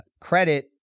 credit